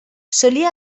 solia